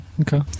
okay